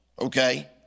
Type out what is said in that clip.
okay